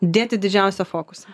dėti didžiausią fokusą